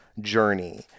journey